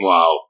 Wow